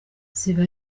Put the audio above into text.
ziba